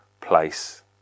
place